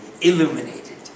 illuminated